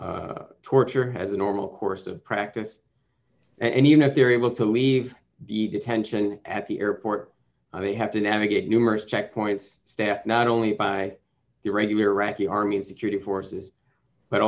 involves torture has a normal course of practice and even if they're able to leave even tension at the airport they have to navigate numerous checkpoints staffed not only by the regular iraqi army and security forces but